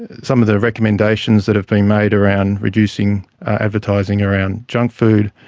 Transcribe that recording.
some of the recommendations that have been made around reducing advertising around junk food,